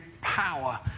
power